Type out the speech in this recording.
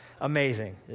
Amazing